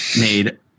made